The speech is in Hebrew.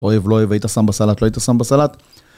אוהב לא אוהב היית שם בסלט לא היית שם בסלט